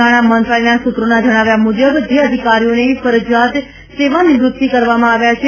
નાણા મંત્રાલયના સૂત્રોના જણાવ્યા મુજબ જે અધિકારીઓને ફરજીયાત સેવાનિવ્રત્તિ કરવામાં આવ્યા છે